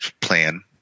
plan